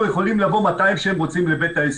יכולים לבוא מתי שהם רוצים לבית העסק,